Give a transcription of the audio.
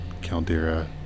Caldera